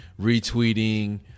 retweeting